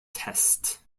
test